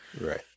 Right